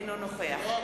אינו נוכח לא.